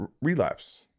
Relapse